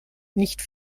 nicht